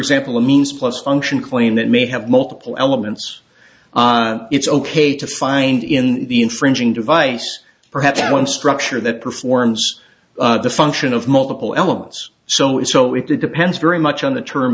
example a means plus function claim that may have multiple elements it's ok to find in the infringing device perhaps one structure that performs the function of multiple elements so it so it depends very much on the term